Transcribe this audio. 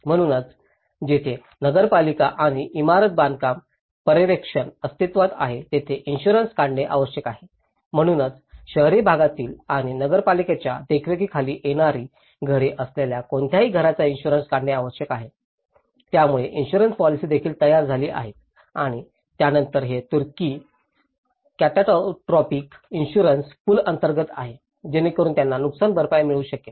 म्हणूनच जिथे नगरपालिका आणि इमारत बांधकाम पर्यवेक्षण अस्तित्त्वात आहे तेथे इन्शुरन्स काढणे आवश्यक आहे म्हणूनच शहरी भागातील आणि नगरपालिकेच्या देखरेखीखाली येणारी घरे असलेल्या कोणत्याही घरांचा इन्शुरन्स काढणे आवश्यक आहे त्यामुळे इन्शुरन्स पॉलिसी देखील तयार झाली आहेत आणि त्यानंतर हे तुर्की काटस्ट्रॉफिक इन्शुरन्स पूल अंतर्गत आहे जेणेकरुन त्यांना नुकसानभरपाई मिळू शकेल